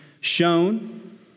shown